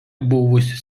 buvusi